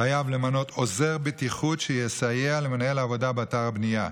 חייב למנות עוזר בטיחות שיסייע למנהל העבודה באתר הבנייה.